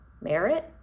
Merit